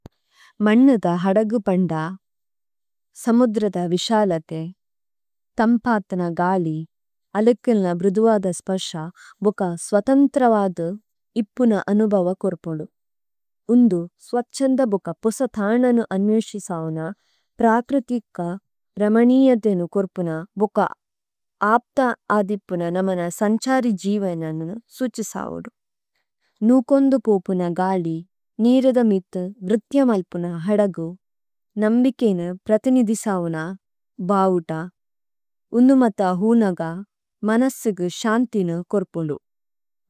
മണ്നദ ഹഡഗുപംഡാ, സമുദ്രദ വിഷാലതെ, തമ്പാത്ന ഗാളി, അലെക്കെല്ന ബിദുവാദ സ്പശ്ച ബുക്ക സ്വതംത്രവാദു ഇപ്പുന അനുഭവ കൊര്പുഡു। ഒംദു സ്വത്ഷംദ ബുക്ക പുസതാനനു അനുവിഷിസാവന പ്രാക്രതിക്ക രമനിയദെനു കൊര്പുന ബുക്ക, ആപ്ത ആധിപ്പുന നമന സംചാരി ജിവനനു സുച്ചിസാവനു। നൂകൊംദു പോപുന ഗാഡി, നീരദ മീത്തു രത്യമല്പുന ഹഡഗു, നമ്മികെനു പ്രത്നിധിസാവന ബാവുടാ, ഉന്നു മത്ത ഹൂനഗ മനസ്സിഗു ശാംതിനു കൊര്പുദു।